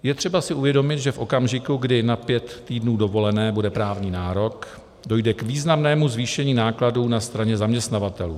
Je třeba si uvědomit, že v okamžiku, kdy na pět týdnů dovolené bude právní nárok, dojde k významnému zvýšení nákladů na straně zaměstnavatelů.